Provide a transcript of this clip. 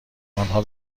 آنها